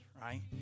Right